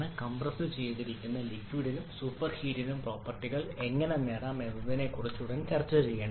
കംപ്രസ്സുചെയ്ത ലിക്വിഡിനും സൂപ്പർഹീറ്റിനും പ്രോപ്പർട്ടികൾ എങ്ങനെ നേടാം എന്നതിനെക്കുറിച്ച് ഞങ്ങൾ ഉടൻ ചർച്ചചെയ്യും